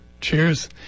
Cheers